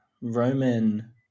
roman